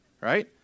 right